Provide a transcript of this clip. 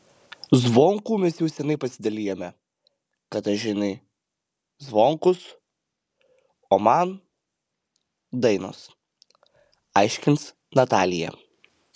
zvonkų mes jau seniai pasidalijome katažinai zvonkus o man dainos aiškins natalija